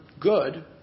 good